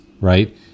right